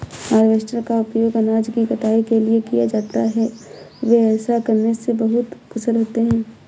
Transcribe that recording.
harvester का उपयोग अनाज की कटाई के लिए किया जाता है, वे ऐसा करने में बहुत कुशल होते हैं